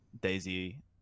Daisy